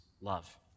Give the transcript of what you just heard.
love